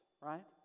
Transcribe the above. right